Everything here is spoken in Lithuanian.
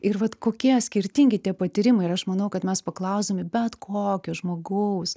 ir vat kokie skirtingi tie patyrimai ir aš manau kad mes paklausdami bet kokio žmogaus